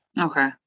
Okay